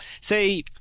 say